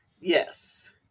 Yes